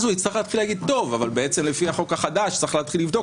הוא יצטרך להתחיל להגיד שבעצם לפי החוק החדש צריך להתחיל לבדוק,